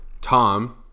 Tom